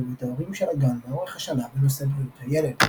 ואת ההורים של הגן לאורך השנה בנושאי בריאות הילד.